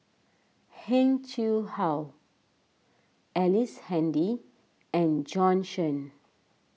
Heng Chee How Ellice Handy and Bjorn Shen